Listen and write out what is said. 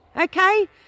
Okay